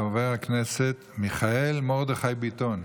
חבר הכנסת מיכאל מרדכי ביטון,